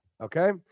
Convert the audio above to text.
Okay